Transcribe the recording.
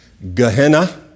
Gehenna